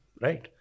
right